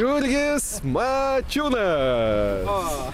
jurgis mačiūnas